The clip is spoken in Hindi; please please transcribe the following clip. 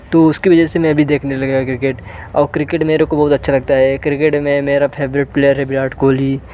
तो उसकी वजह से मैं भी देखने लगा क्रिकेट और क्रिकेट मेरे को बहुत अच्छा लगता है क्रिकेट में मेरा फैवरेट प्लेयर है विराट कोहली